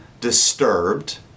disturbed